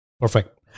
Perfect